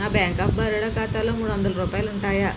నా bank of Baroda ఖాతాలో మూడు వందల రూపాయాలుంటాయా